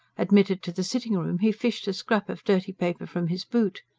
admitted to the sitting-room he fished a scrap of dirty paper from his boot.